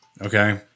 okay